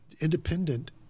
independent